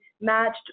matched